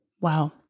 Wow